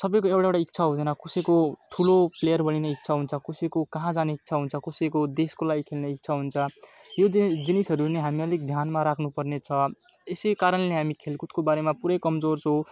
सबैको एउटा एउटै इच्छा हुँदैन कसैको ठुलो प्लेयर बन्ने इच्छा हुन्छ कसैको कहाँ जाने इच्छा हुन्छ कसैको देशको लागि खेल्ने इच्छा हुन्छ यो द जिनिसहरू नै हामीले अलिक ध्यानमा राख्नु पर्ने छ यसै कारणले हामी खेलकुदको बारेमा पुरै कमजोर छौँ